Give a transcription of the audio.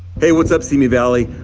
hey, what's up, simi valley?